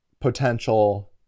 potential